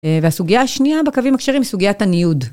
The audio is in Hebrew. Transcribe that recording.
והסוגיה השנייה בקווים הקשרים היא סוגיית הניהוד.